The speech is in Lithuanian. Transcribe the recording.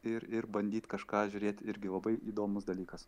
ir ir bandyt kažką žiūrėt irgi labai įdomus dalykas